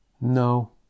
No